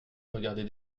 regardez